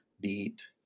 beat